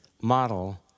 model